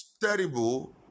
terrible